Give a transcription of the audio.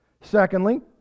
secondly